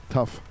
Tough